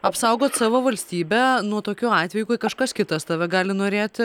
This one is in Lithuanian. apsaugot savo valstybę nuo tokių atvejų kai kažkas kitas tave gali norėti